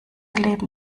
leben